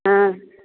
हँ